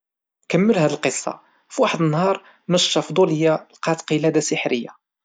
كمل هاد القصة، فواحد النهار مش فظولية لقات قلادة سحرية.